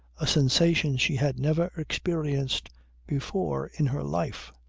a sensation she had never experienced before in her life.